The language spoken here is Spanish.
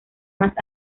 más